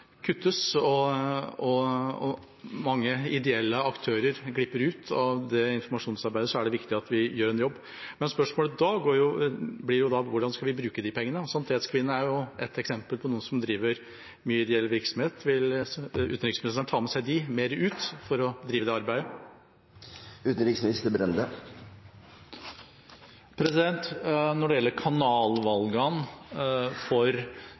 og kutt til mange ideelle aktører, som glipper ut av dette informasjonsarbeidet, er det viktig at vi gjør en jobb. Men spørsmålet da blir jo hvordan vi skal bruke de pengene. Sanitetskvinnene er ett eksempel på noen som driver mye ideell virksomhet. Vil utenriksministeren ta med seg dem mer ut for å drive det arbeidet? Når det gjelder kanalvalgene for